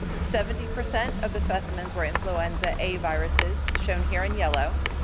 seventy percent of the specimens were influenza a viruses, shown here in yellow,